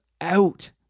out